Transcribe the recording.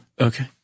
Okay